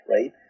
right